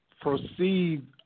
proceed